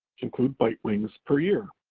include bitewings, per year.